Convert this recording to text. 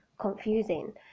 confusing